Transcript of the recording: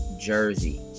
Jersey